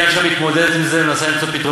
היא לא נתנה את ההוראה לחברות הביטוח